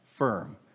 firm